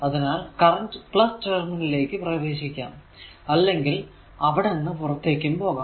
അതിനാൽ current terminal ലേക്ക് പ്രവേശിക്കാം അല്ലെങ്കിൽ അവിടുന്ന് പുറത്തേക്കും പോകാം